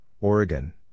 Oregon